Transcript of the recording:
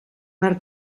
per